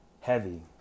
heavy